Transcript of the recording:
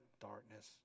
darkness